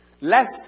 less